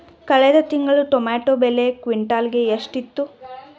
ಕಳೆದ ತಿಂಗಳು ಟೊಮ್ಯಾಟೋ ಬೆಲೆ ಕ್ವಿಂಟಾಲ್ ಗೆ ಎಷ್ಟಿತ್ತು?